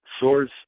source